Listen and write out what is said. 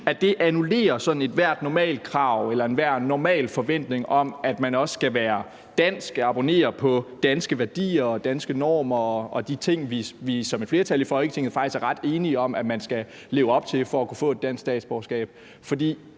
sådan annullerer ethvert normalt krav eller enhver normal forventning om, at man også skal være dansk og abonnere på danske værdier, danske normer og de ting, som vi i et flertal i Folketinget faktisk er ret enige om at man skal leve op til for at kunne få et dansk statsborgerskab.